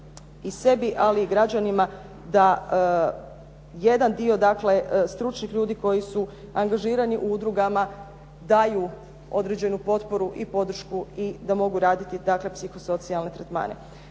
i sebi ali i građanima da jedan dio dakle stručnih ljudi koji su angažirani u udrugama daju određenu potporu i podršku i da mogu raditi dakle psihosocijalne tretmane.